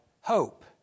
hope